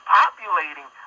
populating